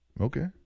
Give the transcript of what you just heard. Okay